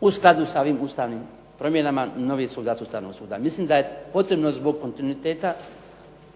u skladu sa ovim ustavnim promjenama novi sudac Ustavnog suda. Mislim da je potrebno zbog kontinuiteta